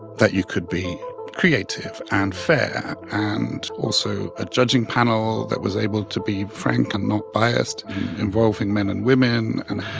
that you could be creative and fair and also a judging panel that was able to be frank and not biased involving men and women. and,